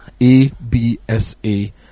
A-B-S-A